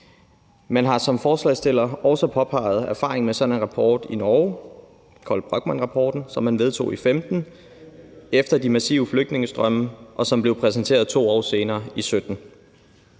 Man har, som forslagsstillerne også påpeger, erfaring med sådan en rapport i Norge, nemlig Brochmannrapporten, som man vedtog at udarbejde i 2015 efter de massive flygtningestrømme, og som blev præsenteret 2 år senere i 2017.